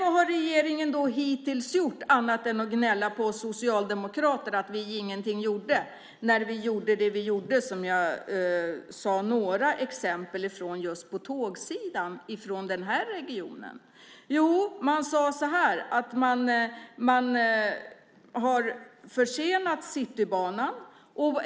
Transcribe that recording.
Vad har regeringen hittills gjort annat än att gnälla på oss socialdemokrater för att vi inget gjorde när vi gjorde det vi gjorde, som jag räknade upp några exempel på, just på tågsidan i denna region? Jo, man sade att man har försenat Citybanan.